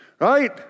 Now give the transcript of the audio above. Right